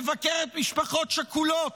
מבקרת משפחות שכולות,